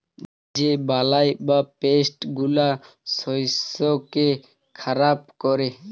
যে বালাই বা পেস্ট গুলা শস্যকে খারাপ ক্যরে